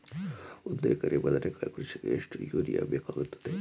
ಒಂದು ಎಕರೆ ಬದನೆಕಾಯಿ ಕೃಷಿಗೆ ಎಷ್ಟು ಯೂರಿಯಾ ಬೇಕಾಗುತ್ತದೆ?